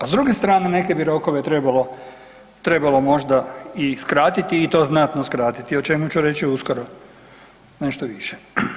A s druge strane neke bi rokove trebalo, trebalo možda i skratiti i to znatno skratiti, o čemu ću reći uskoro nešto više.